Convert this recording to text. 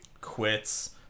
quits